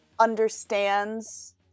understands